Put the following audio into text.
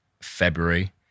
February